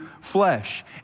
flesh